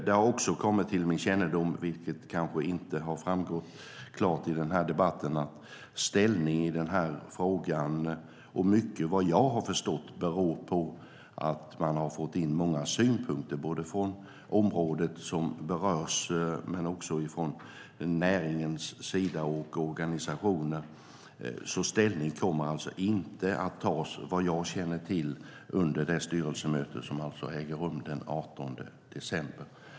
Det har också kommit till min kännedom, vilket kanske inte har framgått klart i denna debatt, att läget i denna fråga, vad jag har förstått, beror på att man har fått in många synpunkter både från området som berörs och från näringens sida och organisationer. Såvitt jag känner till kommer något ställningstagande inte att göras under det styrelsemöte som äger rum den 18 december.